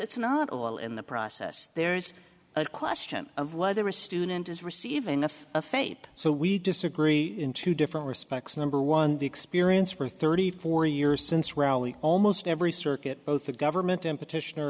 it's not all in the process there's a question of whether a student is receiving a fate so we disagree in two different respects number one the experience for thirty four years since raleigh almost every circuit both the government in p